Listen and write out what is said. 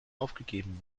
aufgegeben